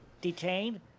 detained